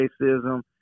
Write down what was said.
racism